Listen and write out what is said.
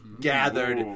gathered